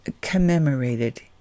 commemorated